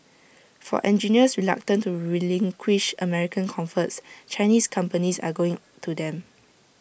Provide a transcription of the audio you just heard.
for engineers reluctant to relinquish American comforts Chinese companies are going to them